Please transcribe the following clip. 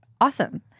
awesome